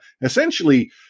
essentially